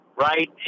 right